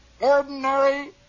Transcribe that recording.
ordinary